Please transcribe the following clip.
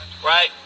Right